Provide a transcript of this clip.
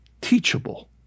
teachable